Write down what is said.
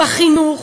בחינוך,